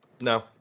No